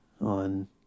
on